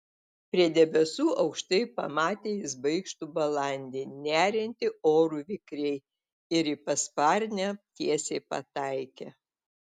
prie debesų aukštai pamatė jis baikštų balandį neriantį oru vikriai ir į pasparnę tiesiai pataikė